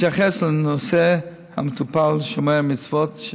בהתייחס לנושא המטופל שומר המצוות,